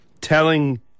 telling